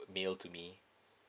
mail to me